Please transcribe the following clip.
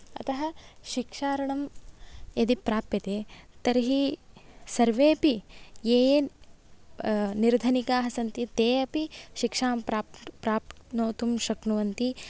अतः शिक्षा ऋणं यदि प्राप्यते तर्हि सर्वेपि ये ये निर्धनिकाः सन्ति ते अपि शिक्षां प्राप्न् प्राप्नोतुं शक्नुवन्ति